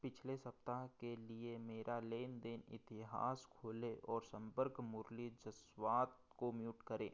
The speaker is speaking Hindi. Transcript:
पिछले सप्ताह के लिए मेरा लेनदेन इतिहास खोलें और संपर्क मुरली जसवात को म्यूट करें